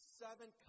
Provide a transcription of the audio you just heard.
seven